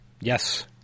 Yes